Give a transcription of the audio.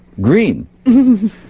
green